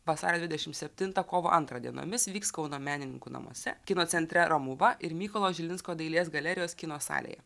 vasario dvidešim septintą kovo antrą dienomis vyks kauno menininkų namuose kino centre romuva ir mykolo žilinsko dailės galerijos kino salėje